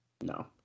No